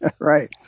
Right